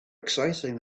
exciting